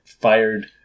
fired